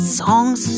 songs